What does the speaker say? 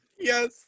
Yes